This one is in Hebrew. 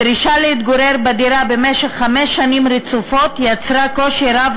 הדרישה להתגורר בדירה במשך חמש שנים רצופות יצרה קושי רב